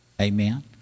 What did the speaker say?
Amen